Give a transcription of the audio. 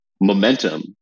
momentum